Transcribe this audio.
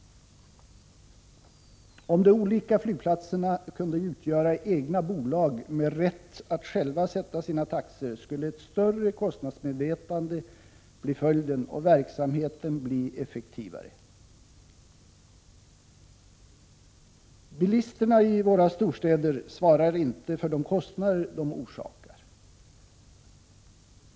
Om de olika flygplatserna kunde utgöra egna bolag med rätt att själva sätta sina taxor skulle ett större kostnadsmedvetande bli följden och verksamheten bli effektivare. Bilisterna i våra storstäder svarar inte för de kostnader de orsakar.